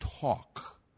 talk